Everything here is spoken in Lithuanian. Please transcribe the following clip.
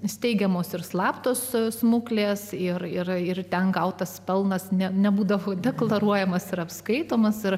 steigiamos ir slaptos smuklės ir yra ir ten gautas pelnas ne nebūdavo deklaruojamas ir apskaitomas ir